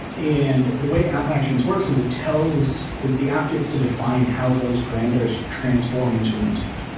and the way app actions works is it tells is the app gets to define how those parameters transform into an intent,